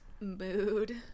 mood